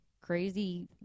crazy